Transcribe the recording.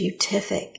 beautific